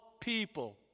people